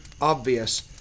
obvious